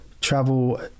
travel